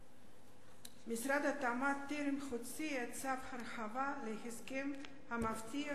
משרד התמ"ת טרם הוציא את צו ההרחבה להסכם המבטיח